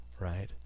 right